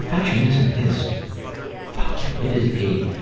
perfectionism is fucking, it is a,